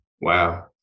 wow